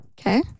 Okay